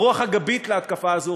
הרוח הגבית להתקפה הזו,